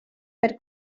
per